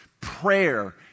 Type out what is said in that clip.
Prayer